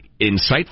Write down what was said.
insightful